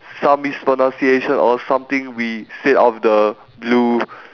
some mispronunciation or something we say out of the blue